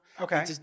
okay